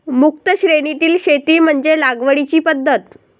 मुक्त श्रेणीतील शेती म्हणजे लागवडीची पद्धत